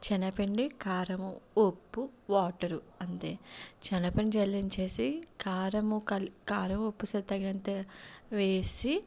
శనగపిండి కారము ఉప్పు వాటరు అంతే శనగపిండి జల్లిచేసి కారము కల్ కారము ఉప్పు తగినంత వేసి